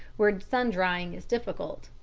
where sun-drying is difficult.